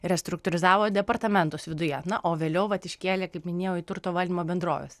restruktūrizavo departamentus viduje na o vėliau vat iškėlė kaip minėjau į turto valdymo bendroves